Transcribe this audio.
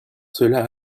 cela